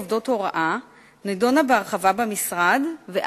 מדוע לא ניתן צו הרחבה המאפשר את קיום ההסכם הענפי